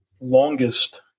longest